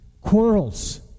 quarrels